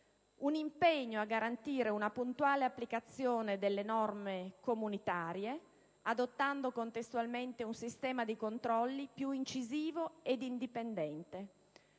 impegno mira a garantire la puntuale applicazione delle norme comunitarie, adottando contestualmente un sistema di controlli più incisivo ed indipendente.